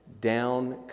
Down